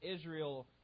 Israel